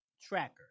tracker